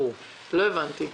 לא הבנתי.